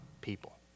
people